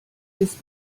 ist